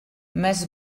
més